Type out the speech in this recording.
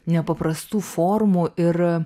nepaprastų forumų ir